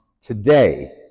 Today